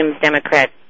Democrat